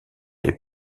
les